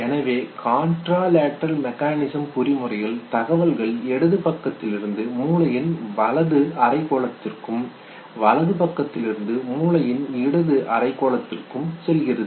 எனவே contralateral mechanism பொறிமுறையில் தகவல்கள் இடது பக்கத்திலிருந்து மூளையின் வலது அரைக்கோளத்திற்கும் வலது பக்கத்திலிருந்து மூளையின் இடது அரைக்கோளத்திற்கும் செல்கிறது